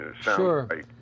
Sure